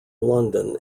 london